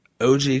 OG